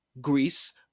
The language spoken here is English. Greece